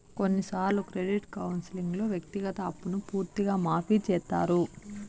కొన్నిసార్లు క్రెడిట్ కౌన్సిలింగ్లో వ్యక్తిగత అప్పును పూర్తిగా మాఫీ చేత్తారు